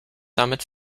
damit